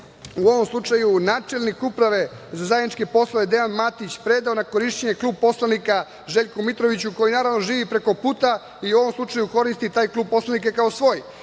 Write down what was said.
u ovom slučaju načelnik Uprave za zajedničke poslove, Dejan Matić, predao na korišćenje Klub poslanika Željku Mitroviću koji naravno živi preko puta i u ovom slučaju koristi taj Klub poslanika kao svoj?S